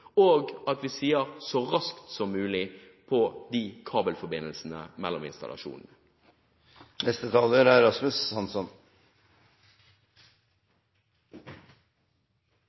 2022. Og vi sier så raskt som mulig om kabelforbindelsene mellom installasjonene.